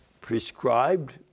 prescribed